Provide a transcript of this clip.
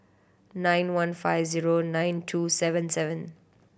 nine one five zero nine two seven seven